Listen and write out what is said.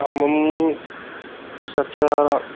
सत्रह